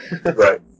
Right